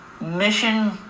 Mission